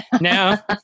now